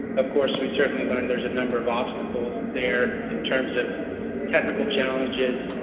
of course we certainly learned there is a number of obstacles there, in terms of technical challenges,